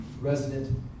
resident